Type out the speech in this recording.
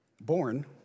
Born